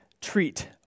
treat